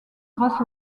grâce